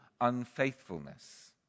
unfaithfulness